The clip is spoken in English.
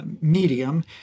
medium